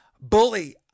Bully